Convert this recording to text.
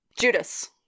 Judas